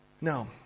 No